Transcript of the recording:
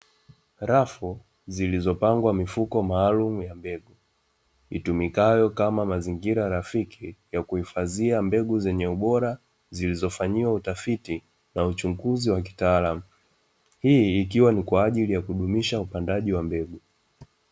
Rafu zilizopangwa mifuko maalumu ya mbegu, itumikayo kama mazingira rafiki ya kuhifadhia mbegu zenye ubora, zilizofanyiwa utafiti, na uchunguzi wa kitaalamu. Hii ikiwa ni kwa ajili ya kudumisha upandaji wa mbegu.